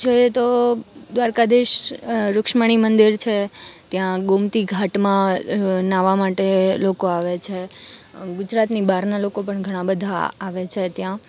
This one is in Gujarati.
જોઈએ તો દ્વારકાધિશ રૂક્ષ્મણી મંદિર છે ત્યાં ગોમતી ઘાટમાં નહાવા માટે લોકો આવે છે ગુજરાતની બહારના લોકો પણ ઘણાં બધાં આવે છે ત્યાં